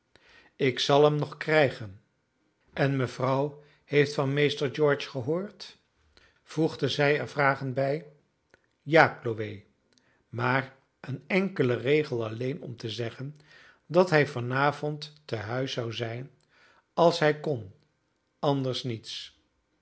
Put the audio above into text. ik zal hem nog krijgen en mevrouw heeft van meester george gehoord voegde zij er vragend bij ja chloe maar een enkelen regel alleen om te zeggen dat hij van avond tehuis zou zijn als hij kon anders niet